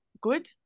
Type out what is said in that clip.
Good